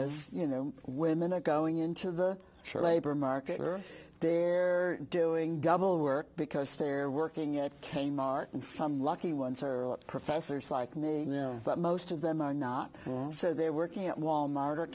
as you know women are going into the share labor market or they're doing double work because they're working at k mart and some lucky ones are professors like me but most of them are not so they're working at wal mart or